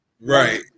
Right